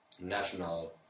National